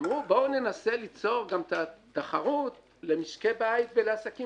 אמרו בואו ננסה ליצור תחרות למשקי בית ולעסקים